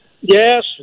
Yes